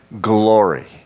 glory